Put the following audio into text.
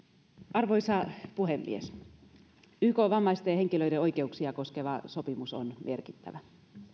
arvoisa puhemies ykn vammaisten henkilöiden oikeuksia koskeva sopimus on merkittävä